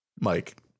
Mike